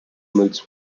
mills